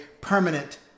permanent